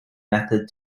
method